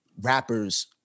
rappers